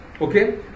okay